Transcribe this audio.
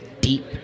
deep